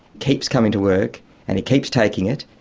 keeps coming to work and he keeps taking it,